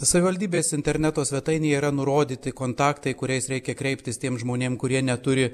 savivaldybės interneto svetainėje yra nurodyti kontaktai kuriais reikia kreiptis tiem žmonėm kurie neturi